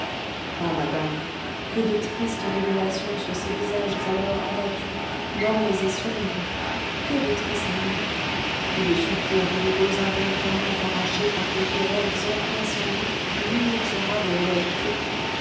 oh madame que de tristes révélations sur ces visages alors abattus mornes et sombres que de tressaillements que de soupirs douloureux involontairement arrachés par quelques rêves empreints sans doute d'une inexorable réalité